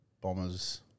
Bombers